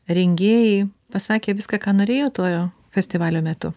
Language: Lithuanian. rengėjai pasakė viską ką norėjo tuojo festivalio metu